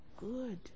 good